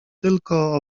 tylko